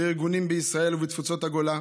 וארגונים בישראל ובתפוצות הגולה,